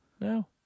No